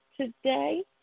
today